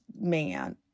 man